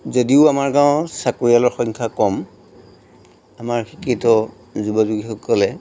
যদিও আমাৰ গাঁৱৰ চাকৰিয়ালৰ সংখ্যা কম আমাৰ শিক্ষিত যুৱক যুৱতীসকলে